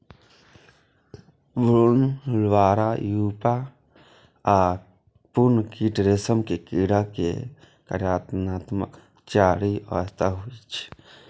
भ्रूण, larva, pupa आ पूर्ण कीट रेशम के कीड़ा के कायांतरणक चारि अवस्था होइ छै